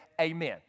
amen